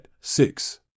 six